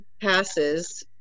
passes